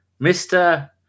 Mr